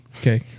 Okay